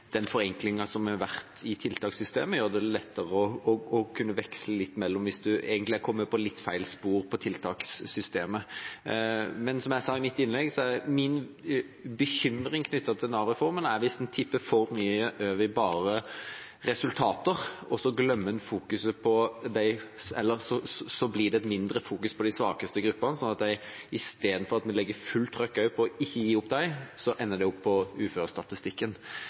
i tiltakssystemet gjør det lettere å kunne veksle hvis en egentlig er kommet på et litt feil spor i tiltakssystemet. Men som jeg sa i mitt innlegg, er min bekymring knyttet til Nav-reformen at den tipper for mye over til bare resultater, og at det så blir mindre fokus på de svakeste gruppene, slik at de – istedenfor at man legger fullt trykk på ikke å gi dem opp – ender opp på uførestatistikken.